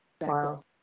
Wow